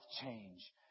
change